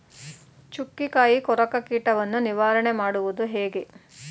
ಚುಕ್ಕಿಕಾಯಿ ಕೊರಕ ಕೀಟವನ್ನು ನಿವಾರಣೆ ಮಾಡುವುದು ಹೇಗೆ?